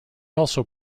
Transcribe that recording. also